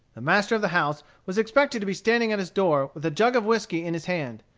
the master of the house was expected to be standing at his door, with a jug of whiskey in his hand.